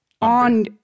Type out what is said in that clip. on